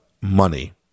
money